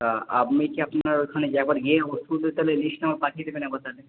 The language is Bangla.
আমি কি আপনার ওখানে যাবার গিয়ে ওষুধের তাহলে লিস্টটা আমাকে পাঠিয়ে দেবেন একবার তাহলে